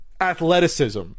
athleticism